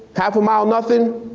half a mile, nothin'.